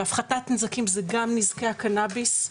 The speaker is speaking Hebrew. והפחתת נזקים זה גם נזקי הקנאביס,